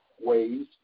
ways